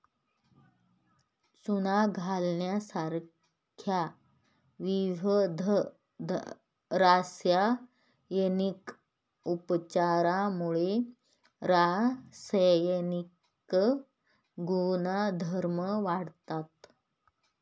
चुना घालण्यासारख्या विविध रासायनिक उपचारांमुळे रासायनिक गुणधर्म वाढतात